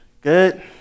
Good